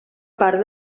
part